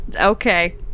Okay